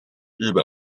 日本